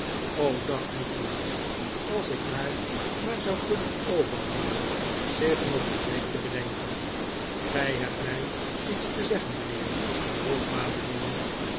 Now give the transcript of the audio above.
dacht nikolaas als ik haar maar zou kunnen overhalen zich nog een week te bedenken gij hebt mij iets te zeggen mijnheer vroeg madeline